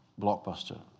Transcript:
blockbuster